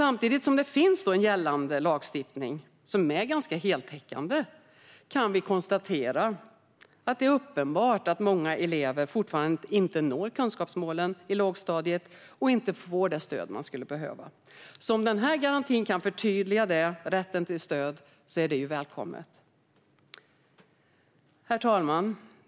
Samtidigt som den gällande lagstiftningen är ganska heltäckande kan vi dock konstatera att det är uppenbart att många elever fortfarande inte når kunskapsmålen i lågstadiet och inte får det stöd de skulle behöva. Om denna garanti kan förtydliga rätten till stöd är det välkommet. Herr talman!